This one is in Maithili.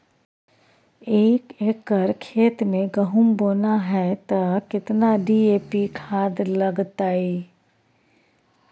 एक एकर खेत मे गहुम बोना है त केतना डी.ए.पी खाद लगतै?